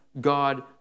God